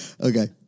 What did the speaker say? Okay